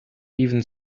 even